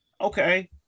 Okay